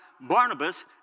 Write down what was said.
Barnabas